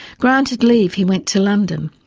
granted leave he went to london.